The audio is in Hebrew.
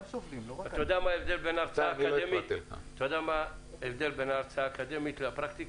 אתה יודע מה ההבדל בין הרצאה אקדמית לפרקטיקה?